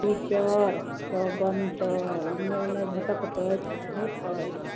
teacher सब बनतै एने ओने भटकतै की पढ़ेतै